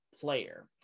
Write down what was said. player